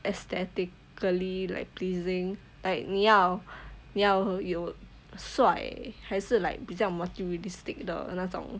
aesthetically like pleasing type 你要你要有帅还是 like 比较 model realistic 的那种